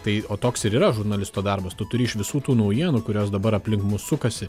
tai o toks ir yra žurnalisto darbas tu turi iš visų tų naujienų kurios dabar aplink mus sukasi